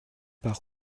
par